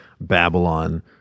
Babylon